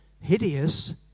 hideous